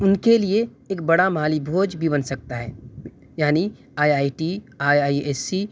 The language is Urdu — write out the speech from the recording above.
ان کے لیے ایک بڑا مالی بوجھ بھی بن سکتا ہے یعنی I I T I I S C